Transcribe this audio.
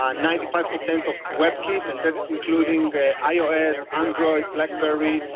um ninety five percent of web kit. and that's including ios, android, blackberry,